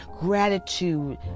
gratitude